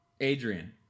Adrian